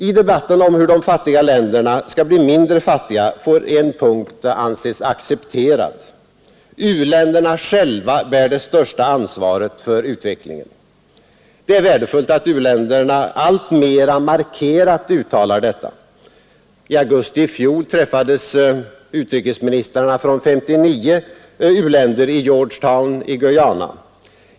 I debatten om hur de fattiga länderna skall bli mindre fattiga får en punkt anses vara accepterad: Utvecklingsländerna själva bär det största ansvaret för utvecklingen. Det är värdefullt att utvecklingsländerna alltmera markerat uttalar detta. I augusti i fjol träffades utrikesministrarna från 59 u-länder i Georgetown i Guayana.